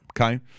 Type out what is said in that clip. okay